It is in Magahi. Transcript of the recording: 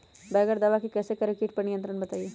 बगैर दवा के कैसे करें कीट पर नियंत्रण बताइए?